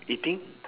eating